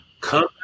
Come